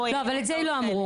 אבל את זה לא אמרו.